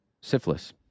syphilis